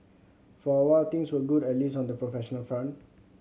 for a while things were good at least on the professional front